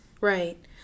Right